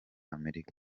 amerika